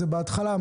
זה בהתחלה,